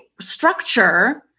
structure